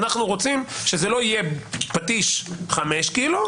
שזה לא יהיה פטיש 5 קילו,